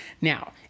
Now